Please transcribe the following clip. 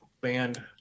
band